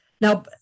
now